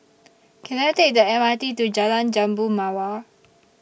Can I Take The M R T to Jalan Jambu Mawar